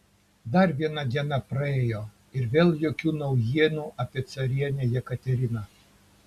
dar viena diena praėjo ir vėl jokių naujienų apie carienę jekateriną